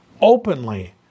openly